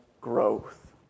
growth